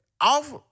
off